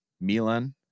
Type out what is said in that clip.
Milan